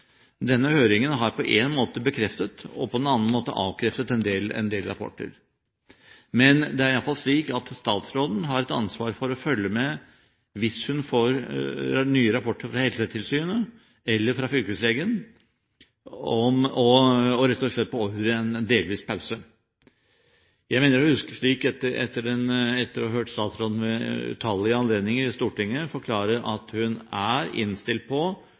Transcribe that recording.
Denne høringen har på én måte bekreftet og på en annen måte avkreftet en del rapporter. Men det er iallfall slik at statsråden har et ansvar for å følge med hvis hun får nye rapporter fra Helsetilsynet eller fra fylkeslegen, om rett og slett å beordre en delvis pause. Etter å ha hørt statsråden ved utallige anledninger i Stortinget mener jeg å huske at hun har forklart at hun er innstilt på